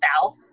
south